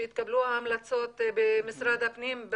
שיתקבלו ההמלצות במשרד הפנים,